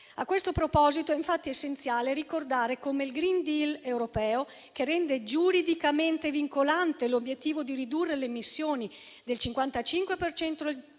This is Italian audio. A questo proposito, infatti, è essenziale ricordare come il *green deal* europeo, che rende giuridicamente vincolante l'obiettivo di ridurre le emissioni del 55 per